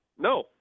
No